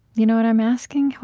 you know what i'm asking?